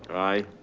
aye.